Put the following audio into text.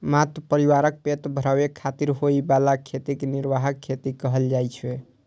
मात्र परिवारक पेट भरै खातिर होइ बला खेती कें निर्वाह खेती कहल जाइ छै